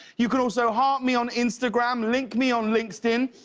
you know so heart me on instagram, link me on linked in,